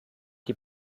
die